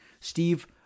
Steve